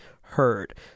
heard